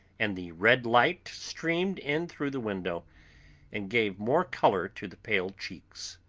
and the red light streamed in through the window and gave more colour to the pale cheeks.